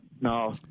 No